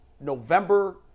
November